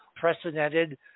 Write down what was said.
precedented